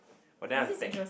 but then I'm tec~